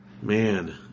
Man